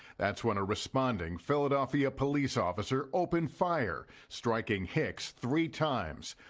that's when a responding philadelphia police officer opened fire, striking hicks three times.